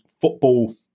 Football